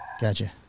Gotcha